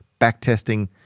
backtesting